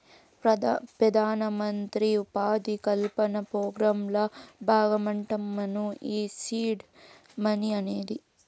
పెదానమంత్రి ఉపాధి కల్పన పోగ్రాంల బాగమంటమ్మను ఈ సీడ్ మనీ అనేది